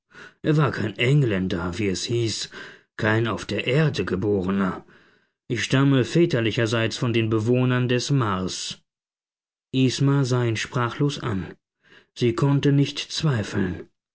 er war kein engländer wie es hieß kein auf der erde geborener ich stamme väterlicherseits von den bewohnern des mars isma sah ihn sprachlos an sie konnte nicht zweifeln